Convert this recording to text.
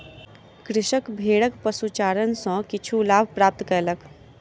कृषक भेड़क पशुचारण सॅ किछु लाभ प्राप्त कयलक